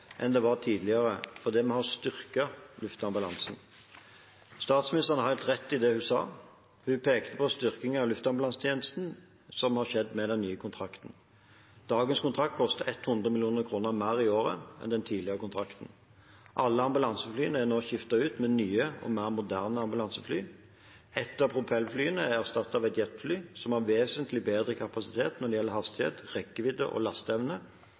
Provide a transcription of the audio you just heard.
enn det var tidligere, fordi vi har styrket luftambulansen.» Statsministeren har helt rett i det hun sa. Hun pekte på styrkingen av luftambulansetjenesten som har skjedd med den nye kontrakten. Dagens kontrakt koster 100 mill. kr mer i året enn den tidligere kontrakten. Alle ambulanseflyene er skiftet ut med nye og mer moderne ambulansefly. Et av propellflyene er erstattet av et jetfly som har vesentlig bedre kapasitet når det gjelder hastighet, rekkevidde og lasteevne.